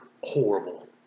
Horrible